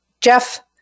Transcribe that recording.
Jeff